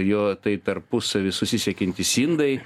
jo tai tarpusavy susisiekiantys indai